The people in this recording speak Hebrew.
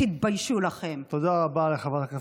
תודה רבה.